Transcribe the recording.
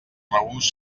regust